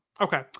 Okay